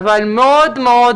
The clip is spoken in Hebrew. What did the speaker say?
אבל מאוד מאוד